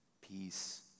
peace